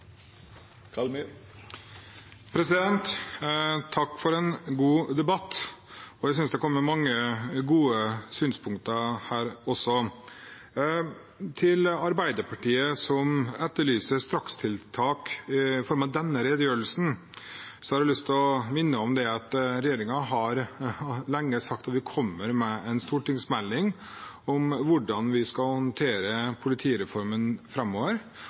Takk for en god debatt. Jeg synes det har kommet mange gode synspunkter. Til Arbeiderpartiet, som etterlyser strakstiltak: Med denne redegjørelsen har jeg lyst til å minne om at regjeringen lenge har sagt at vi kommer med en stortingsmelding om hvordan vi skal håndtere politireformen framover,